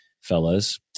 fellas